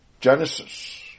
Genesis